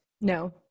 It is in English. No